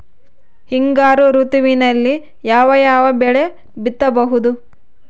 ಹಿಂಗಾರು ಋತುವಿನಲ್ಲಿ ಯಾವ ಯಾವ ಬೆಳೆ ಬಿತ್ತಬಹುದು?